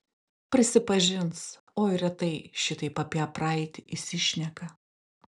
prisipažins oi retai šitaip apie praeitį įsišneka